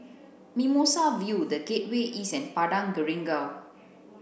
Mimosa View The Gateway East and Padang Jeringau